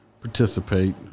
participate